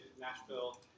Nashville